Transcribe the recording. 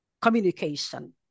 communication